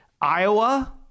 Iowa